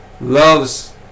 loves